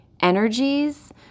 energies